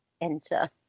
enter